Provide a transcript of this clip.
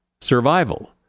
Survival